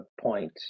point